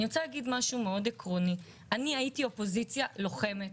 אני רוצה להגיד משהו מאוד עקרוני: אני הייתי אופוזיציה לוחמת,